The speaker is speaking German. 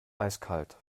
eiskalt